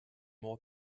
more